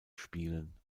spielen